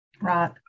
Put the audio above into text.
Right